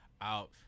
out